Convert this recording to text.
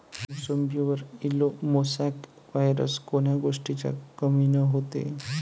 मोसंबीवर yellow mosaic virus कोन्या गोष्टीच्या कमीनं होते?